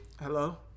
Hello